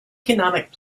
economic